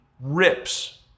rips